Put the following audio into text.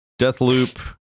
Deathloop